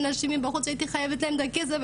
אנשים בחוץ הייתי חייבת להם כסף,